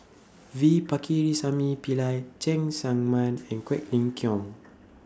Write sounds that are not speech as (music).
V Pakirisamy Pillai Cheng Tsang Man and (noise) Quek Ling Kiong